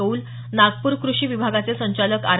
कौल नागपूर कृषी विभागाचे संचालक आर